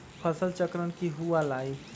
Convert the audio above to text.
फसल चक्रण की हुआ लाई?